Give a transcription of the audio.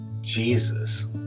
Jesus